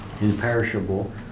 imperishable